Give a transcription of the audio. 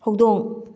ꯍꯧꯗꯣꯡ